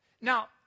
Now